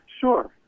Sure